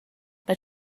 but